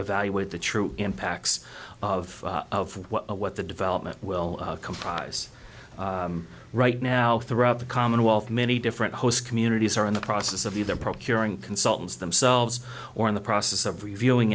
evaluate the true impacts of what the development will comprise right now through of the commonwealth many different host communities are in the process of either procuring consultants themselves or in the process of reviewing